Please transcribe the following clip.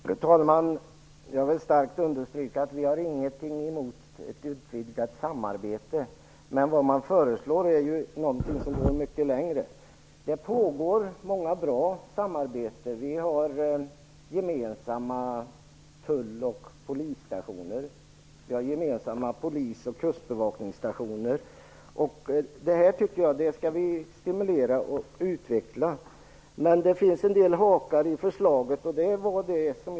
Fru talman! Jag vill starkt understryka att vi inte har något emot ett utvidgat samarbete. Men vad moderaterna föreslår är något som går mycket längre. Det pågår många bra samarbeten, t.ex. om gemensamma tull och polisstationer och gemensamma polis och kustbevakningsstationer. Dessa skall vi stimulera och utveckla. Men det finns en del hakar i förslaget, som jag tidigare sade.